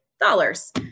dollars